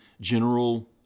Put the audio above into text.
general